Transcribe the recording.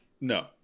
no